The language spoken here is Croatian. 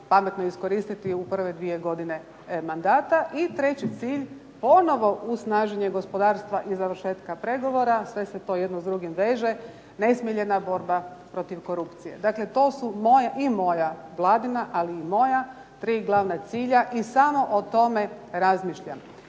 pametno iskoristiti u prve dvije godine mandata. I treći cilj ponovno osnaženje gospodarstva i završetka pregovora. Sve se to jedno s drugim veže nesmiljena borba protiv korupcije. Dakle, to su moje i moja Vladina, ali i moja tri glavna cilja i samo o tome razmišljam.